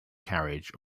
carriage